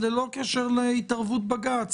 וללא קשר להתערבות בג"ץ,